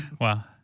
Wow